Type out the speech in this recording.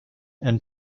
and